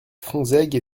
fonsègue